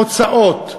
הוצאות,